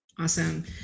Awesome